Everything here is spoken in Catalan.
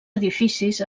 edificis